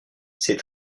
ses